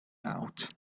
out